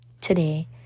Today